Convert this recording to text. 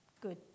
good